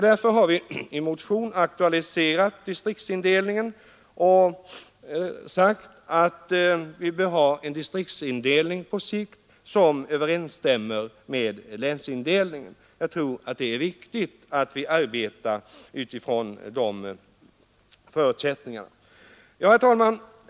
Därför har vi i motionen aktualiserat distriktsindelningen och anfört att man bör sikta till en distriktsindelning som överensstämmer med länsindelningen. Jag tror att det är riktigt att vi arbetar utifrån de förutsättningarna. Herr talman!